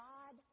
God